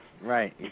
Right